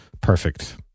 perfect